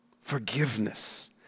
Forgiveness